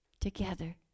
together